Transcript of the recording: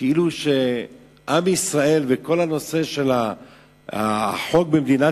כאילו עם ישראל וכל הנושא של החוק במדינת